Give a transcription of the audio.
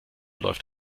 läuft